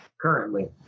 currently